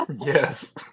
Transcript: Yes